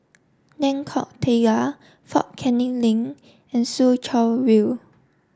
Lengkok Tiga Fort Canning Link and Soo Chow View